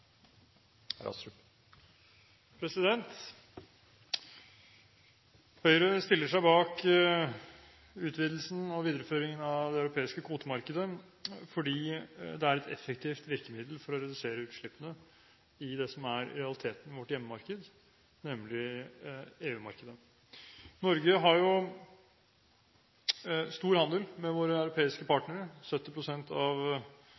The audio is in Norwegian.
til. Høyre stiller seg bak utvidelsen og videreføringen av det europeiske kvotemarkedet, fordi det er et effektivt virkemiddel for å redusere utslippene i det som i realiteten er vårt hjemmemarked, nemlig EU-markedet. Norge har jo stor handel med våre europeiske partnere. 70 pst. av